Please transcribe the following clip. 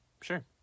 sure